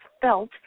felt